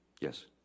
Yes